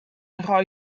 rhoi